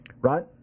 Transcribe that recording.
right